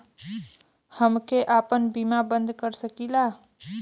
हमके आपन बीमा बन्द कर सकीला?